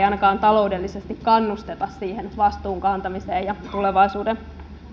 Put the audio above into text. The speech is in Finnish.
ainakaan taloudellisesti kannusteta siihen vastuun kantamiseen ja tulevaisuuden